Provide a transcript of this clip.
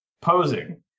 posing